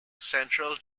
central